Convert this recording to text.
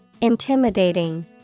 intimidating